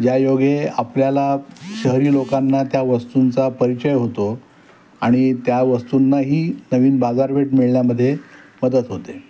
ज्यायोगे आपल्याला शहरी लोकांना त्या वस्तूंचा परिचय होतो आणि त्या वस्तूंनाही नवीन बाजारपेठ मिळण्यामध्ये मदत होते